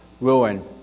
ruin